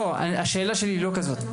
לא, השאלה שלי היא לא כזאת,